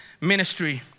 ministry